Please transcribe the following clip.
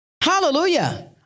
Hallelujah